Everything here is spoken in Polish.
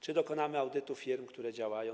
Czy dokonamy audytu firm, które działają?